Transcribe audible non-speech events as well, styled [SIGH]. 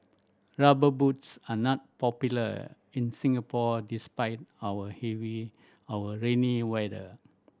Rubber Boots are not popular in Singapore despite our [UNINTELLIGIBLE] our rainy weather